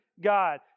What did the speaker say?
God